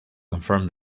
confirm